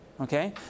Okay